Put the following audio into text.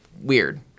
Weird